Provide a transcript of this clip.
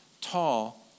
tall